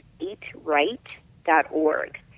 eatright.org